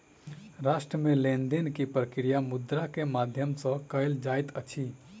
राष्ट्र मे लेन देन के प्रक्रिया मुद्रा के माध्यम सॅ कयल जाइत अछि